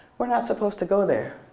we're not supposed to go there.